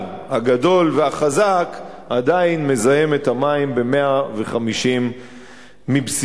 הגדול והחזק עדיין מזהם את המים ב-150 מבסיסיו.